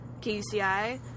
KUCI